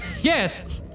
Yes